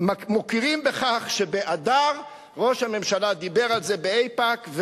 מוקירים את זה שבאדר ראש הממשלה דיבר על זה באיפא"ק,